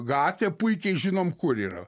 gatvė puikiai žinom kur yra